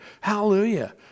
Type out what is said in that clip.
Hallelujah